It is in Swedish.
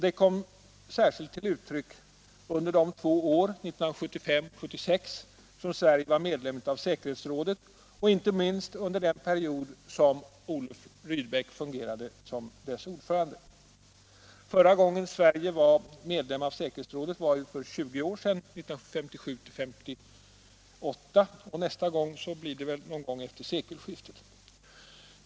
Detta kom särskilt till uttryck under de två år, 1975 och 1976, då Sverige var medlem av säkerhetsrådet och inte minst under den period då Olof Rydbeck fungerade som dess ordförande. Förra gången Sverige var medlem av säkerhetsrådet var för 20 år sedan, åren 1957 och 1958. Nästa gång blir väl någon gång efter sekelskiftet.